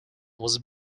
was